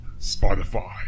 Spotify